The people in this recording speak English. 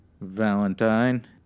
Valentine